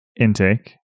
intake